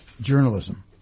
journalism